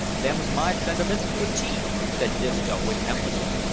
them's my sentiments to a tee, said disco, with emphasis,